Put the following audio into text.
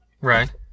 Right